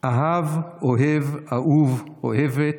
/ אהב, אוהב, אהוב, אוהב,